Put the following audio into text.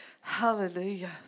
Hallelujah